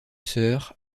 soeur